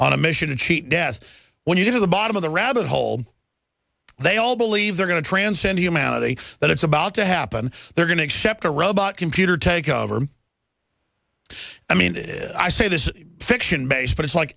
on a mission to cheat death when you get to the bottom of the rabbit hole they all believe they're going to transcend humanity that it's about to happen they're going to accept a robot computer takeover i mean it is i say this is fiction based but it's like